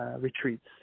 retreats